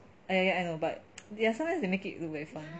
ya ya ya I know but sometimes they make it look very fun